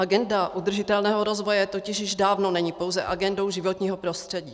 Agenda udržitelného rozvoje totiž již dávno není pouze agendou životního prostředí.